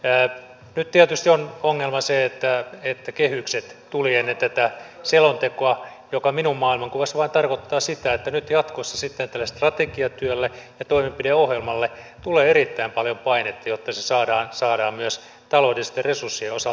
nyt tietysti on ongelma se että kehykset tulivat ennen tätä selontekoa mikä minun maailmankuvassani vain tarkoittaa sitä että nyt jatkossa sitten tälle strategiatyölle ja toimenpideohjelmalle tulee erittäin paljon painetta jotta se saadaan myös taloudellisten resurssien osalta toimivaksi